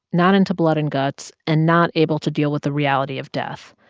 not into blood and guts and not able to deal with the reality of death.